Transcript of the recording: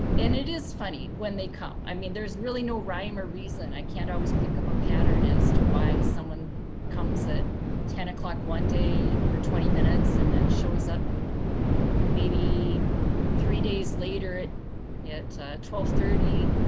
and it is funny when they come. i mean there's really no rhyme or reason. i can't always pick up a pattern as to why someone comes at ten o'clock one day for twenty minutes and then shows up maybe three days later at twelve thirty.